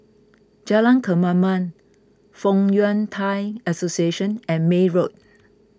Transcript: Jalan Kemaman Fong Yun Thai Association and May Road